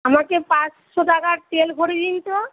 আমাকে পাঁচশো টাকার তেল ভরে দিন তো